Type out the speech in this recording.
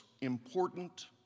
important